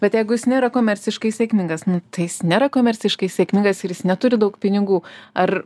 bet jeigu jis nėra komerciškai sėkmingas nu tai jis nėra komerciškai sėkmingas ir jis neturi daug pinigų ar